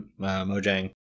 Mojang